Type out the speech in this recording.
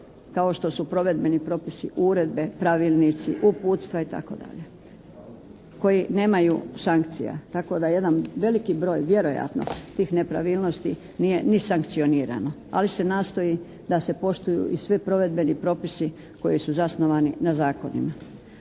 kao što su provedbeni propisi, uredbe, pravilnici, uputstva itd. koji nemaju sankcija. Tako da jedan veliki broj vjerojatno tih nepravilnosti nije ni sankcionirano ali se nastoji da se poštuju i svi provedbeni propisi koji su zasnovani na zakonima.